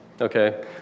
Okay